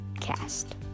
Cast